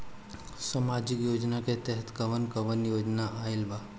सामाजिक योजना के तहत कवन कवन योजना आइल बा?